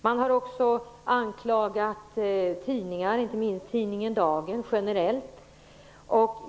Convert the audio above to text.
Man har också generellt anklagat tidningar, inte minst tidningen Dagen.